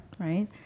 Right